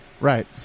Right